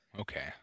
okay